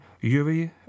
Yuri